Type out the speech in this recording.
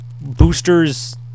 Booster's